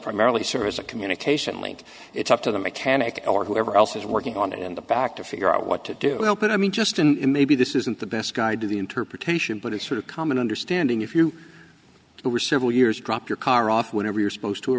primarily serve as a communication link it's up to the mechanic or whoever else is working on it in the back to figure out what to do help it i mean just in maybe this isn't the best guide to the interpretation but it's sort of common understanding if you were several years drop your car off whenever you're supposed to or